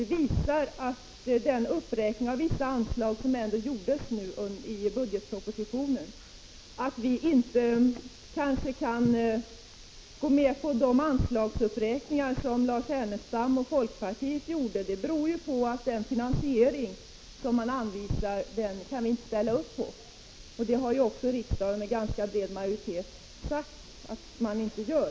Det visar den anslagsuppräkning som ändå gjorts i budgetpropositionen. Att vi kanske inte kan gå med på de uppräkningar som Lars Ernestam och folkpartiet föreslår beror på att vi inte kan ställa upp på den finansiering som anvisas. Detta har också rikdagen med ganska bred majoritet sagt att dem inte gör.